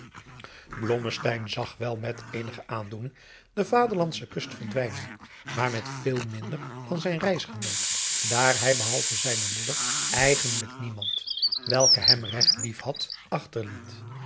zag wel met eenige aandoening de vaderlandsche kust verdwijnen maar met veel minder dan zijn reisgenoot daar hij behalve zijne moeder eigenlijk niemand welke hem regt lief had achterliet